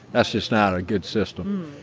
that's just not a good system.